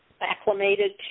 acclimated